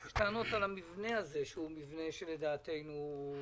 יש טענות על המבנה הזה שהוא מבנה שלדעתנו הוא שגוי.